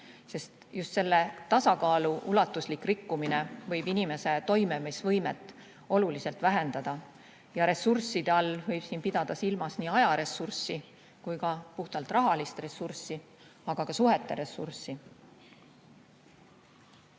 Just selle tasakaalu ulatuslik rikkumine võib inimese toimimisvõimet oluliselt vähendada. Ja ressursside all võib siin pidada silmas nii ajaressurssi kui ka puhtalt rahalist ressurssi, aga ka suhete ressurssi.